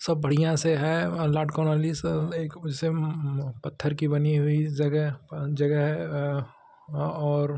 सब बढ़ियाँ से है लॉर्ड कॉर्नवालिस एक जैसे पत्थर की बनी हुई जगह जगह है और